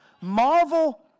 Marvel